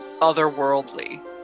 otherworldly